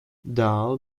dahl